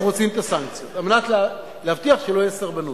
אנחנו רוצים את הסנקציות על מנת להבטיח שלא תהיה סרבנות.